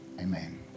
Amen